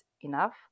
enough